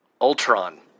Ultron